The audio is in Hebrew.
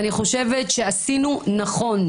אני חושבת שעשינו נכון,